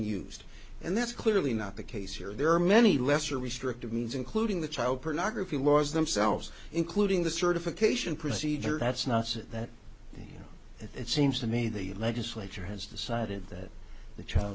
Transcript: used and that's clearly not the case here there are many lesser restrictive means including the child pornography laws themselves including the certification procedure that's not that it seems to me the legislature has decided that the child